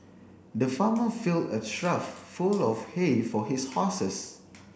the farmer filled a trough full of hay for his horses